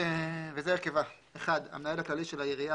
וזה הרכבה: (1) המנהל הכללי של העירייה